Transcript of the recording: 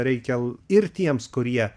reikia ir tiems kurie